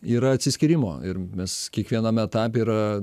yra atsiskyrimo ir mes kiekvienam etape yra